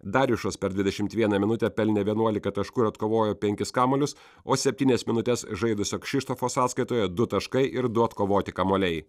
darjušas per dvidešimt vieną minutę pelnė vienuolika taškų ir atkovojo penkis kamuolius o septynias minutes žaidusio kšištofo sąskaitoje du taškai ir du atkovoti kamuoliai